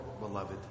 beloved